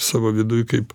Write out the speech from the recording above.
savo viduj kaip